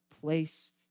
place